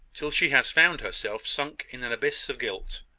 till she has found herself sunk in an abyss of guilt.